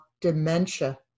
dementia